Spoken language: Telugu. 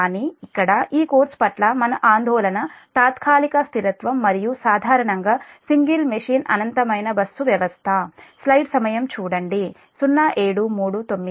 కానీ ఇక్కడ ఈ కోర్సు పట్ల మన ఆందోళన తాత్కాలిక స్థిరత్వం మరియు సాధారణంగా సింగిల్ మెషిన్ అనంతమైన బస్సు వ్యవస్థ